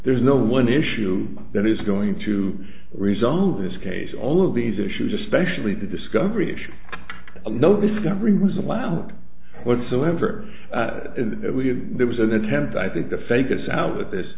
there's no one issue that is going to resolve this case all of these issues especially the discovery issue no discovery was allowed whatsoever that we had there was an attempt i think the fake us out of this thi